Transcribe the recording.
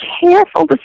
careful